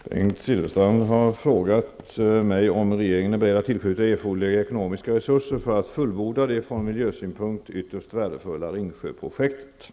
Fru talman! Bengt Silfverstrand har frågat mig om regeringen är beredd att tillskjuta erforderliga ekonomiska resurser för att fullborda det från miljösynpunkt ytterst värdefulla Ringsjöprojektet.